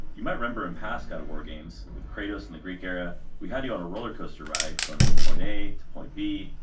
you might remember in past god of war games with kratos in the greek era we had you on a roller-coaster ride going from point a to point b.